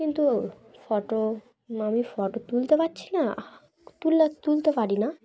কিন্তু ফটো আমি ফটো তুলতে পারছি না তুল তুলতে পারি না